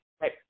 right